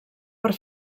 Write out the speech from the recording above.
per